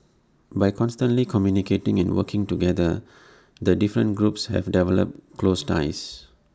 by constantly communicating and working together the different groups have developed close ties